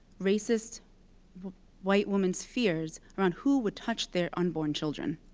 racist white woman's fears, around who would touch their unborn children.